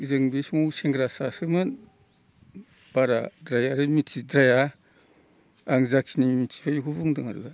जों बे समाव सेंग्रासासोमोन बारा मिथिद्राया आं जाखिनि मिथिखायो बेखौ बुंदों आरो